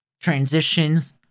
transitions